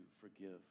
forgive